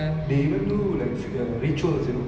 ya like uh என்ன பன்னுவாங்கனா:enna pannuvaanganaa like